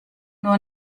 nur